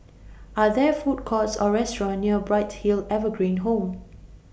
Are There Food Courts Or restaurants near Bright Hill Evergreen Home